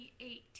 2018